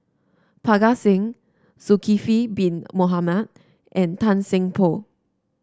Parga Singh Zulkifli Bin Mohamed and Tan Seng Poh